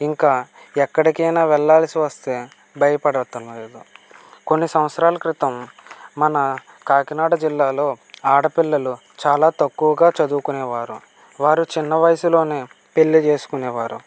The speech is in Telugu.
ఇంకా ఎక్కడికైనా వెళ్ళాల్సి వస్తే భయపడటంలేదు కొన్ని సంవత్సరాలు క్రితం మన కాకినాడ జిల్లాలో ఆడపిల్లలు చాలా తక్కువగా చదువుకునేవారు వారు చిన్న వయసులోనే పెళ్లి చేసుకునేవారు